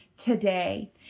Today